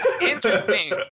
Interesting